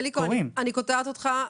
אליקו, אני קוטעת אותך.